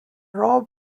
rob